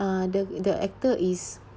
uh the the the actor is